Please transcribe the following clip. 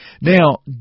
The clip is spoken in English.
Now